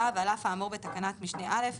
(ו) על אף האמור בתקנת משנה (א),